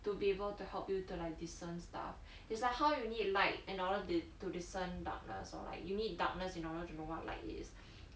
to be able to help you to like discern stuff is like how you need light in order to to discern darkness or like you need darkness in order to know what light is